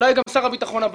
אולי גם שר הביטחון,